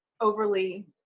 overly